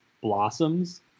blossoms